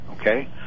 okay